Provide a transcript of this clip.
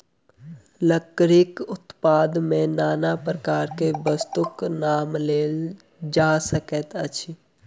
लकड़ीक उत्पाद मे नाना प्रकारक वस्तुक नाम लेल जा सकैत अछि